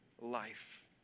life